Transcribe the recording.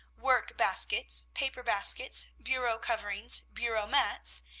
work-baskets, paper-baskets, bureau coverings, bureau mats!